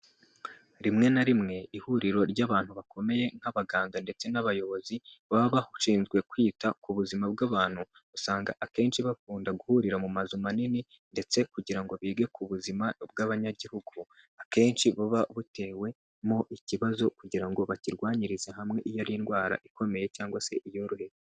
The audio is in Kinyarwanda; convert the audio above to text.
Rimwe na rimwe ihuriro ry'abantu bakomeye nk'abaganga ndetse n'abayobozi baba bashinzwe kwita ku buzima bw'abantu, usanga akenshi bakunda guhurira mu mazu manini ndetse kugira ngo bige ku buzima bw'abanyagihugu, akenshi buba butewemo ikibazo kugira ngo bakirwanyirize hamwe iyo ari indwara ikomeye cyangwa se iyoroheje.